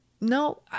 no